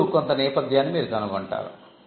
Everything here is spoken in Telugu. అప్పుడు కొంత నేపథ్యాన్ని మీరు కనుగొంటారు